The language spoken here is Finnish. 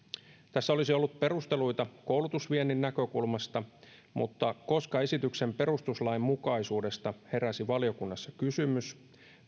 tässä olisi ollut perusteluita koulutusviennin näkökulmasta mutta koska esityksen perustuslainmukaisuudesta heräsi valiokunnassa kysymys